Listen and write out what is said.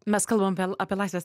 mes kalbam apie apie laisvės